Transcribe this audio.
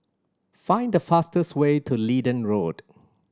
find the fastest way to Leedon Road